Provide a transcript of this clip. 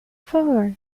favor